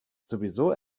sowieso